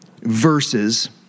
verses